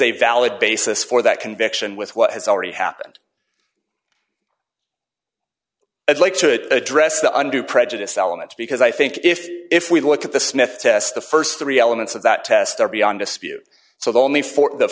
a valid basis for that conviction with what has already happened i'd like should address the under prejudiced elements because i think if if we look at the smith test the st three elements of that test are beyond dispute so the only